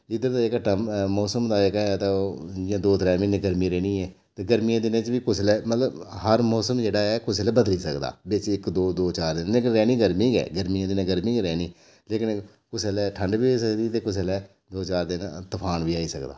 इद्धर दा जेह्का ट मौसम दा जेह्का ते ओह् इ'यै दो त्रै म्हीने गर्मी रौह्नी ऐ ते गर्मियें दिनें च बी कुसै बेल्लै मतलब हर मौसम जेह्ड़ा ऐ कुसै बेल्लै बदली सकदा ऐ बिच इक दो दो चार दिन मतलब लेकिन रौह्नी गर्मी गै गर्मियें दिनें गर्मी गै रौह्नी लेकिन कुसै बेल्लै ठंड बी होई सकदी ते कुसै बेल्लै दो चार दिन तफान बी आई सकदा